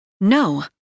No